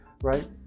Right